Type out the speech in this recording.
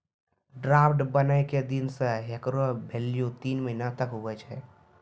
draft बनै के दिन से हेकरो भेल्यू तीन महीना तक हुवै छै